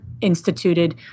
instituted